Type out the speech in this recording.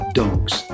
dogs